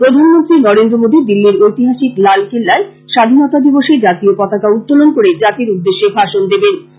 প্রধানমন্ত্রী নরেন্দ্র মোদী দিল্লীর ঐতিহাসিক লালকিল্লায় স্বাধীনতা দিবসে জাতীয় পতাকা উত্তোলন করে জাতির উদ্দেশ্যে ভাষণ দেবেন